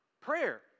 prayer